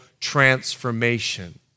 transformation